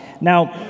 Now